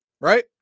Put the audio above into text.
Right